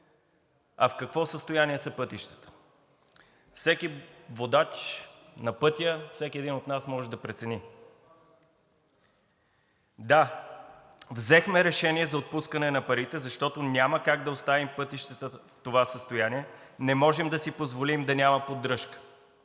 а в какво състояние са пътищата?! Всеки водач на пътя, всеки един от нас може да прецени. Да, взехме решение за отпускане на парите, защото няма как да оставим пътищата в това състояние. Не можем да си позволим да няма поддръжка,